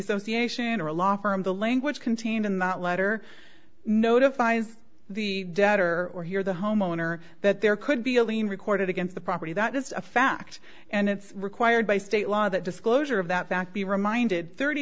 association or a law firm the language contained in that letter notifying the debtor or here the homeowner that there could be a lien recorded against the property that is a fact and it's required by state law that disclosure of that fact be reminded thirty